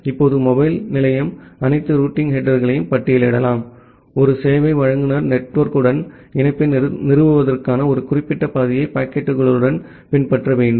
இப்போது மொபைல் நிலையம் அனைத்து ரூட்டிங் ஹெடேர்களையும் பட்டியலிடலாம் ஒரு சேவை வழங்குநர் நெட்வொர்க்குடன் இணைப்பை நிறுவுவதற்கான ஒரு குறிப்பிட்ட பாதையை பாக்கெட்டுகள் பின்பற்ற வேண்டும்